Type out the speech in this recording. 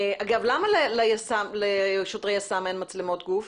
אגב, למה לשוטרי יס"מ אין מצלמות גוף?